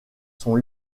sont